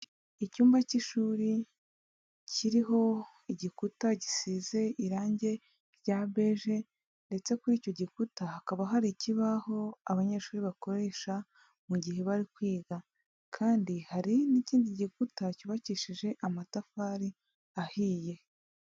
Icyumba cy'ishuri kiriho igikuta gisize irangi rya beje, ndetse kuri icyo gikuta hakaba hari ikibaho abanyeshuri bakoresha mu gihe bari kwiga, kandi hari n'ikindi gikuta cyubakishije amatafari ahiye.